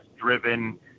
driven